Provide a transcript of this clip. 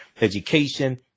education